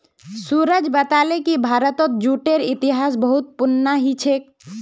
सूरज बताले कि भारतत जूटेर इतिहास बहुत पुनना कि छेक